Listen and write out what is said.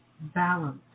balance